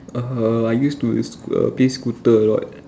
ah uh I used to err play scooter a lot